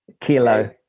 Kilo